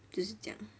就是这样